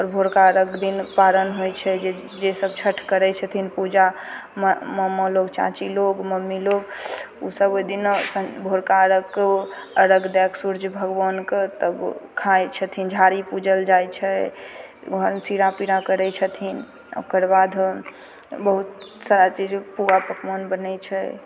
आओर भोरका अर्घ्य दिन पारण होइ छै जे जे सब छठि करै छथिन पूजा ममा लोग चाची लोग मम्मी लोग ओ सब ओहिदिना भोरका अर्घ्यके ओ अर्घ्य दै कऽ सूर्ज भगवानके तब खाइ छथिन झाड़ी पूजल जाइ छै ओहे चिड़ा पीड़ा करै छथिन ओकर बाद बहुत सारा चीज पुआ पकवान बनै छै